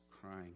crying